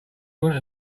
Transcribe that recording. woman